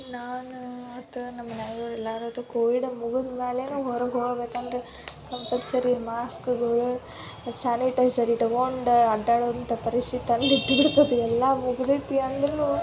ನಾನು ಆತು ನಮ್ಮ ಮನ್ಯಾಗ ಅವ್ರು ಎಲ್ಲಾರದೂ ಕೋವಿಡ್ ಮುಗುದು ಮೇಲೆನೆ ಹೊರಗೆ ಹೋಗ್ಬೇಕಂದ್ರ್ ಕಂಪಲ್ಸರಿ ಮಾಸ್ಕ್ಗಳು ಸ್ಯಾನಿಟೈಝರ್ ಇಟ್ಕೊಂಡು ಅಡ್ಡಾಡುವಂಥ ಪರಿಸ್ಥಿತಿ ತಂದು ಇಟ್ಟ್ಬಿಡ್ತತ್ತು ಎಲ್ಲ ಮುಗಿದೈತಿ ಅಂದ್ರೂ